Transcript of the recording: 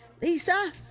Lisa